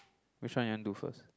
which one you want to do first